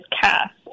Cast